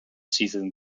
season